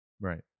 Right